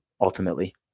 ultimately